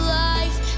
life